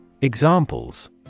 Examples